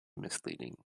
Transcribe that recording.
misleading